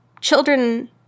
children